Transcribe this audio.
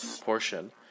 portion